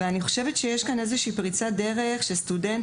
אני חושבת שיש פריצת דרך בכך שסטודנט